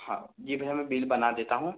हाँ जी भैया मैं बिल बना देता हूँ